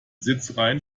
sitzreihen